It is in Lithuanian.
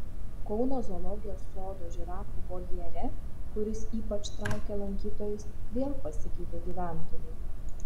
kauno zoologijos sodo žirafų voljere kuris ypač traukia lankytojus vėl pasikeitė gyventojai